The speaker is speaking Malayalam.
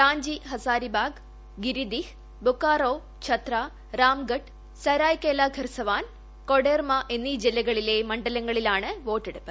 റാഞ്ചി ഹസാരിബാഗ് ഗിരിദിഹ് ബൊക്കാറോ ഛത്ര റാംഗഡ് സരായ്കേല ഖർസവാൻ കൊഡേർമ എന്നീ ജില്ലകളിലെ മണ്ഡലങ്ങളിലാണ് വോട്ടെടുപ്പ്